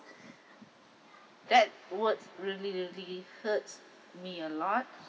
that what's really really hurts me a lot